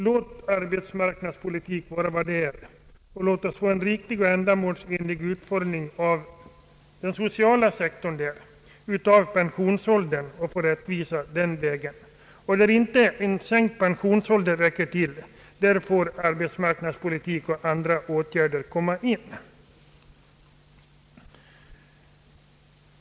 Låt arbetsmarknadspolitik vara vad det är, och låt oss få en riktig och ändamålsenlig utformning av den sociala sektorn i fråga om pensionsåldern och skapa rättvisa på den vägen! Där en sänkt pensionsålder inte räcker till, där får arbetsmarknadspolitik och andra åtgärder komma in.